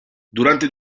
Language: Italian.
durante